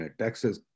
taxes